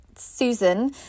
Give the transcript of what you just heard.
Susan